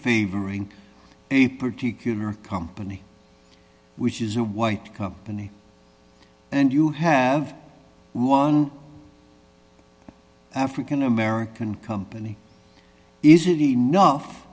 favoring a particular company which is a white company and you have one african american company is it enough